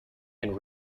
and